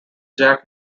jack